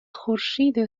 خورشید